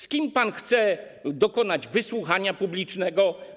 Z kim pan chce dokonać wysłuchania publicznego?